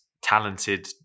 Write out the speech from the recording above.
talented